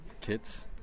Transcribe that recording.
kids